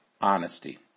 honesty